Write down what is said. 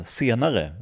senare